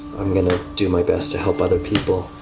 i'm going to do my best to help other people.